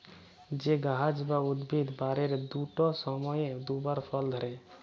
যে গাহাচ বা উদ্ভিদ বারের দুট সময়ে দুবার ফল ধ্যরে